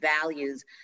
values